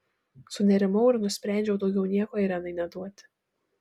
sunerimau ir nusprendžiau daugiau nieko irenai neduoti